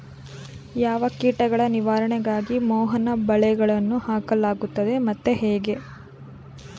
ಯಾವ ಕೀಟಗಳ ನಿವಾರಣೆಗಾಗಿ ಮೋಹನ ಬಲೆಗಳನ್ನು ಹಾಕಲಾಗುತ್ತದೆ ಮತ್ತು ಹೇಗೆ?